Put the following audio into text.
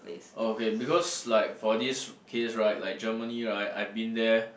okay because like for this case right like Germany right I've been there